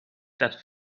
that